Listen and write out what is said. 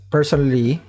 Personally